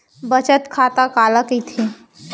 बचत खाता काला कहिथे?